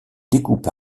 découpe